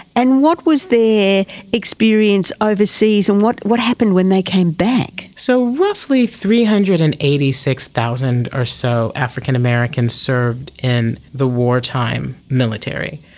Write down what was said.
and what was their experience overseas and what what happened when they came back? so roughly three hundred and eighty six thousand or so african americans served in the wartime military.